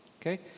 Okay